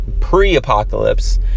pre-apocalypse